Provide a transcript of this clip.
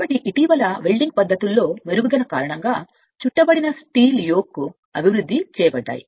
కాబట్టి ఇటీవల వెల్డింగ్ పద్ధతుల్లో మెరుగుదలలతో చుట్టబడిన ఉక్కు యోక్లు అభివృద్ధి చేయబడ్డాయి